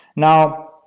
now,